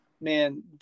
Man